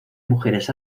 mujeres